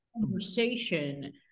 conversation